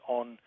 on